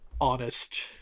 Honest